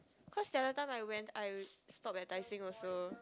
cause the other time I went I stop at Tai-Seng also